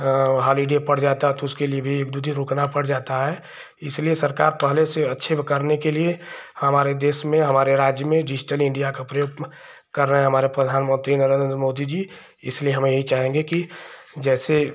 holiday पड़ जाता है तो उसके लिए भी एक दो दिन रुकना पड़ जाता है इसलिए सरकार कानून से अच्छे करने के लिए हमारे देश में हमारे राज्य में डिज़िटल इण्डिया का प्रयोग कर रहे हैं हमारे प्रधानमन्त्री नरेन्द्र मोदी जी इसलिए हम यह नहीं चाहेंगे कि जैसे